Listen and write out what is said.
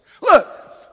Look